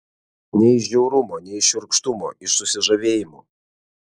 ne iš žiaurumo ne iš šiurkštumo iš susižavėjimo